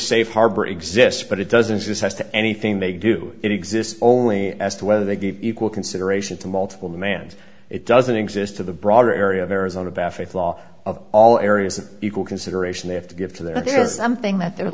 safe harbor exists but it doesn't this has to anything they do exist only as to whether they give equal consideration to multiple demands it doesn't exist to the broader area of arizona baffle flaw of all areas of equal consideration they have to give to there is something that they're